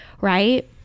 right